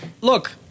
Look